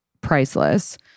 priceless